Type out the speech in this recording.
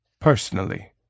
personally